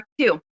two